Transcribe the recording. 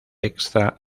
extra